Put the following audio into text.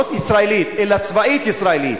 לא ישראלית אלא צבאית ישראלית.